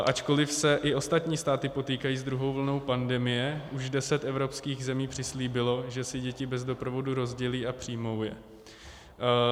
Ačkoliv se i ostatní státy potýkají s druhou vlnou pandemie, už deset evropských zemí přislíbilo, že si děti bez doprovodu rozdělí a přijmou je.